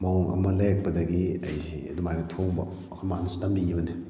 ꯃꯑꯣꯡ ꯑꯃ ꯂꯩꯔꯛꯄꯗꯒꯤ ꯑꯩꯁꯤ ꯑꯗꯨꯝ ꯍꯥꯏꯅ ꯊꯣꯡꯕ ꯑꯩꯈꯣꯏ ꯏꯃꯥꯅꯁꯨ ꯇꯝꯕꯤꯈꯤꯕꯅꯤ